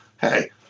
hey